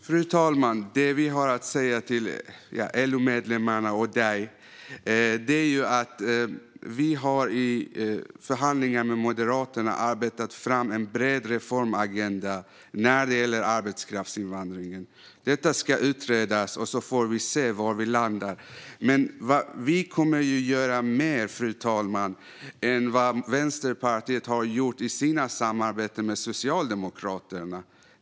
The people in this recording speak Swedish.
Fru talman! Det vi har att säga till LO-medlemmarna och dig, Tony Haddou, är att vi i förhandlingar med Moderaterna har arbetat fram en bred reformagenda när det gäller arbetskraftsinvandringen. Detta ska utredas, och så får vi se var vi landar. Men vi kommer att göra mer, fru talman, än vad Vänsterpartiet har gjort i sina samarbeten med Socialdemokraterna.